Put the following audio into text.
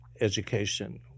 education